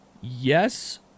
Yes